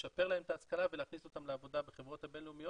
לשפר להן את ההשכלה ולהכניס אותן לעבודה בחברות הבינלאומיות,